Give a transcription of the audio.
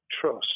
trust